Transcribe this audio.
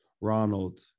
Ronald